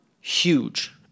huge